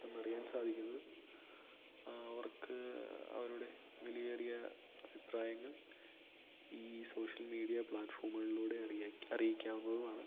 പെട്ടന്നറിയാൻ സാധിക്കുന്നത് അവർക്ക് അവരുടെ വിലയേറിയ അഭിപ്രായങ്ങൾ ഈ സോഷ്യൽ മീഡിയ പ്ലാറ്റ്ഫോമുകളിലൂടെ അറിയക്കാം അറിയിക്കാവുന്നതുമാണ്